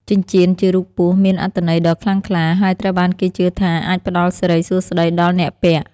ចិញ្ចៀនជារូបពស់មានអត្ថន័យដ៏ខ្លាំងក្លា ហើយត្រូវបានគេជឿថាអាចផ្តល់សិរីសួស្តីដល់អ្នកពាក់។